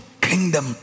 kingdom